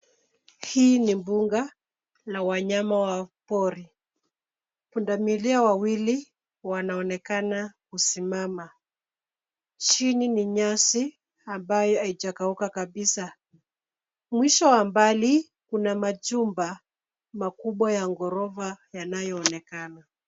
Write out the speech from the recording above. Hii ni mbuga la wanyama wa pori. Pundamilia wawili wanaonekana kusimama. Chini ni nyasi ambayo haijakauka kabisa. Mwisho wa mbali kuna majumba makubwa ya ghorofa yanayoonekana.